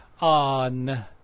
on